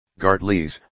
Gartleys